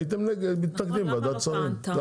הייתם מתנגדים בוועדת שרים.